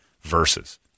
verses